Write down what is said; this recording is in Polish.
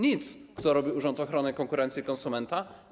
Nic. Co robi Urząd Ochrony Konkurencji i Konsumentów?